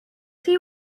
see